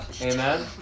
Amen